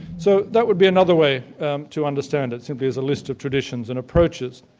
so that would be another way to understand it, simply as a list of traditions and approaches.